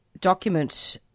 document